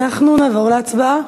אנחנו נעבור להצבעה,